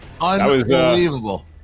Unbelievable